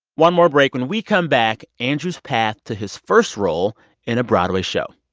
one more break. when we come back, andrew's path to his first role in a broadway show.